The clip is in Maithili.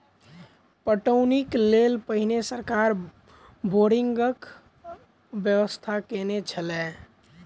पटौनीक लेल पहिने सरकार बोरिंगक व्यवस्था कयने छलै